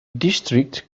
district